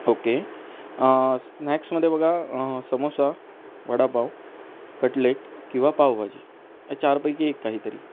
okay स्नॅक्समध्ये बघा samosa vada pav cutlet किवा पावभाजी या चारपैकी एक काहीतरी